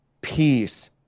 peace